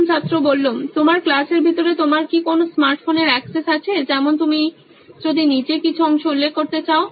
প্রথম ছাত্র তোমার ক্লাসের ভিতরে তোমার কি কোনো স্মার্ট ফোনের অ্যাক্সেস আছে যেমন তুমি যদি নিজে কিছু অংশ উল্লেখ করতে চাও